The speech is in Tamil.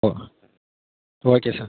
O okay sir